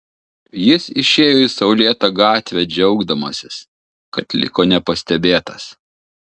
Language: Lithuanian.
jis išėjo į saulėtą gatvę džiaugdamasis kad liko nepastebėtas